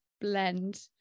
blend